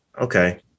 okay